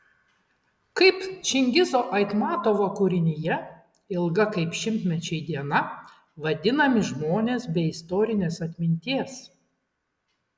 kaip čingizo aitmatovo kūrinyje ilga kaip šimtmečiai diena vadinami žmonės be istorinės atminties